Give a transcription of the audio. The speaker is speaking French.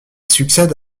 succède